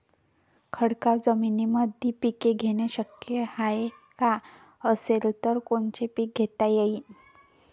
खडकाळ जमीनीमंदी पिके घेणे शक्य हाये का? असेल तर कोनचे पीक घेता येईन?